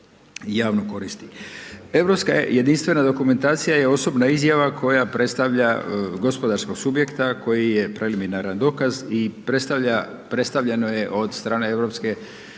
javno koristilo. Europska jedinstvena dokumentacija je osobna izjava koja predstavlja gospodarskog subjekta koji je preliminaran dokaz i predstavljeno je od strane EU-a